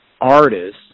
artists